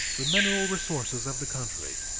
the mineral resources of the country,